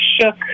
shook